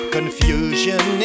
Confusion